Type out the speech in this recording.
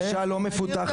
אישה לא מפותחת,